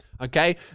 Okay